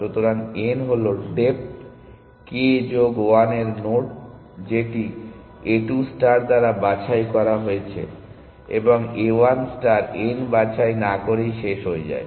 সুতরাং n হলো depth k যোগ 1 এর একটি নোড যেটি A 2 ষ্টার দ্বারা বাছাই করা হয়েছে এবং A 1 ষ্টার n বাছাই না করেই শেষ হয়ে যায়